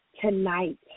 Tonight